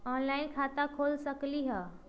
Online खाता खोल सकलीह?